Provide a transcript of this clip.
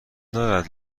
دارد